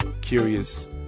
Curious